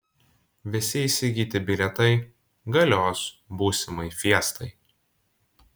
visi įsigyti bilietai galios būsimai fiestai